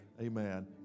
Amen